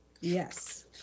Yes